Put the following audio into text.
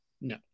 No